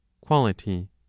quality